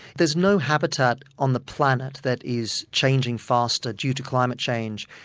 there is no habitat on the planet that is changing faster due to climate change,